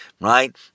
right